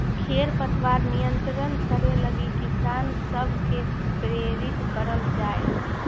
खेर पतवार नियंत्रण करे लगी किसान सब के प्रेरित करल जाए